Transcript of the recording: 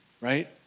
right